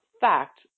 fact